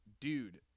Dude